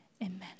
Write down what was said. Amen